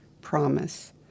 promise